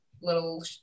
little